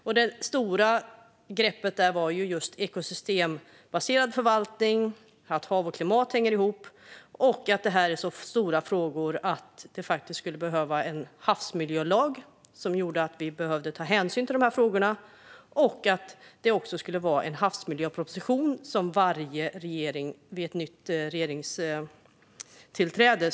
Det stora greppet där var ekosystembaserad förvaltning, alltså att hav och klimat hänger ihop, att detta är så stora frågor att vi faktiskt skulle behöva en havsmiljölag som gör att vi behöver ta hänsyn till dessa frågor och att varje regering skulle ta fram en havsmiljöproposition vid varje nytt regeringstillträde.